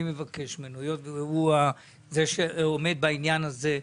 היות והוא זה שעומד בעניין הזה,